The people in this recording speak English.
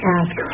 ask